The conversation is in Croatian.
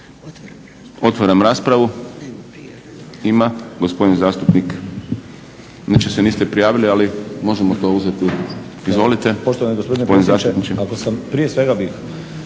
Otvaram raspravu. Ima, gospodin zastupnik, inače se niste prijavili ali možemo to uzeti. Izvolite.